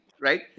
right